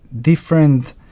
different